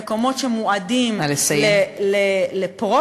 למקומות שמועדים לפרופיילינג,